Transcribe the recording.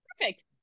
perfect